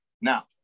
Now